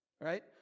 right